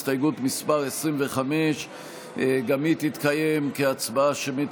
הסתייגות מס' 25. גם היא תתקיים כהצבעה שמית,